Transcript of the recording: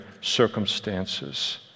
circumstances